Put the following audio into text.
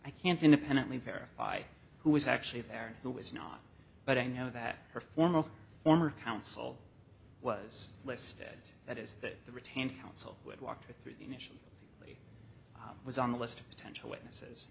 i can't independently verify who was actually there who was not but i know that her formal former counsel was listed that is that the retained counsel would walk her through the initial was on the list of potential witnesses